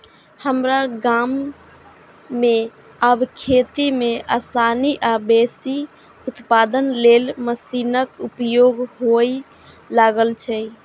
हमरा गाम मे आब खेती मे आसानी आ बेसी उत्पादन लेल मशीनक उपयोग हुअय लागल छै